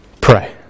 Pray